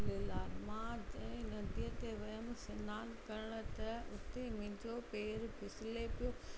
जय झूलेलाल मां जंहिं नदीअ ते वयमि सनानु करण त उते मुंहिंजो पेर फिसले पियो